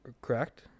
Correct